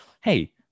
hey